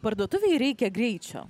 parduotuvėj reikia greičio